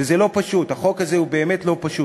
וזה לא פשוט, החוק הזה הוא באמת לא פשוט.